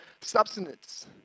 substance